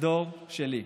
הדור שלי.